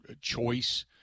choice